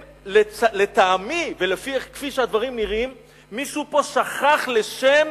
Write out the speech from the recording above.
לטעמי, כפי שהדברים נראים, מישהו פה שכח לשם